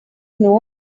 know